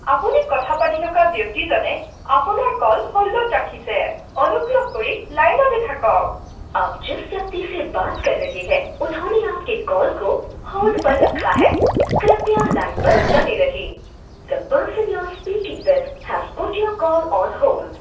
আপুনি কথা পাতি থকা ব্যক্তিজনে আপোনাৰ কল হোল্ডত ৰাখিছে অনুগ্ৰহ কৰি লাইনতে থাকক আপ যিছ ব্যক্তিছে বাত কৰ ৰহে হে ওনহ্ননে আপকে কলক হোল্ড পৰ ৰখা হে কৃপয়া লাইন পৰ বনি ৰহিয়ে the person you are speaking with has put your call on hold